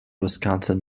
wisconsin